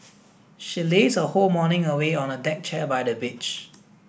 she lazed her whole morning away on a deck chair by the beach